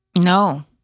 No